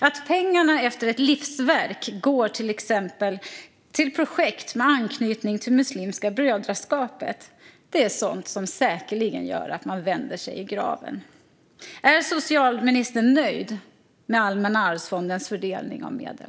Att pengarna efter ett livsverk går till exempel till projekt med anknytning till Muslimska brödraskapet är sådant som säkerligen gör att man vänder sig i graven. Är socialministern nöjd med Allmänna arvsfondens fördelning av medel?